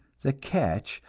the catch,